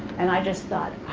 and i just thought, oh,